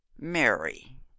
Mary